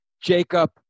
Jacob